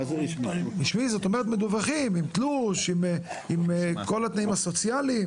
אם הם מדווחים עם תלוש, עם כל התנאים הסוציאליים?